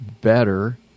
better